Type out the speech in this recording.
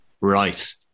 right